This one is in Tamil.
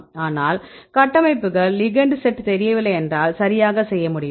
ஆனால் கட்டமைப்புகள் லிகெெண்ட் செட் தெரியவில்லை என்றால் சரியாக செய்ய முடியுமா